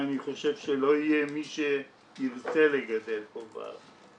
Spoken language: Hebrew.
חושב שכבר לא יהיה מי שירצה לגדל פה בארץ.